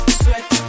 sweat